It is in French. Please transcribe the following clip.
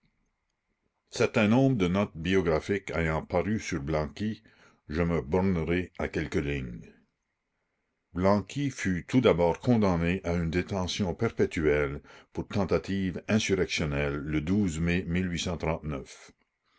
certain nombre de notes biographiques ayant paru sur blanqui je me bornerai à quelques lignes blanqui fut tout d'abord condamné à une détention perpétuelle pour tentative insurrectionnelle le mai